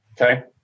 Okay